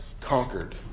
conquered